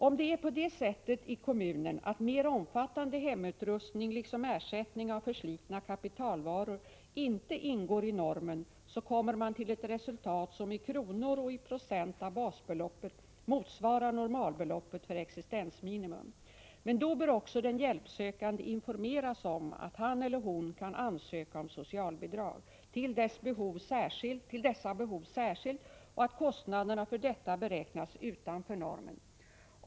Om det är på det sättet i kommunen att mer omfattande hemutrustning liksom ersättning av förslitna kapitalvaror inte ingår i normen, kommer man till ett resultat som i kronor och i procent av basbeloppet motsvarar normalbeloppet för existensminimum. Men då bör också den hjälpsökande informeras om att han eller hon kan ansöka om socialbidrag till dessa behov särskilt och att kostnaderna för detta beräknas utanför normen.